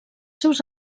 seus